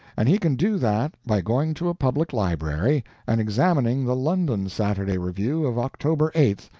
and he can do that by going to a public library and examining the london saturday review of october eighth,